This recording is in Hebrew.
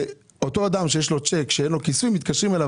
שאותו אדם שיש לו צ'ק שאין לו כיסוי מתקשרים אליו